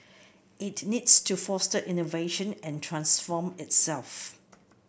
it needs to foster innovation and transform itself